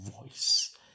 voice